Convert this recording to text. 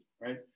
right